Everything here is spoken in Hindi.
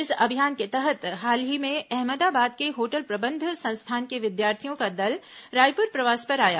इस अभियान के तहत हाल ही में अहमदाबाद के होटल प्रबंध संस्थान के विद्यार्थियों का दल रायपुर प्रवास पर आया